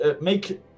make